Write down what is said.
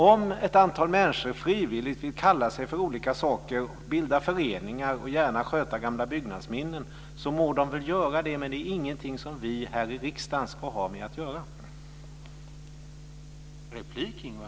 Om ett antal människor frivilligt vill kalla sig för olika saker, bilda föreningar och gärna sköta gamla byggnadsminnen må de väl göra det. Men det är ingenting som vi här i riksdagen ska ha med att göra.